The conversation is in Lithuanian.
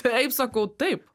taip sakau taip